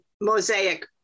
mosaic